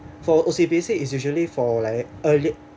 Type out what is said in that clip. for O_C_B_C is usually for like early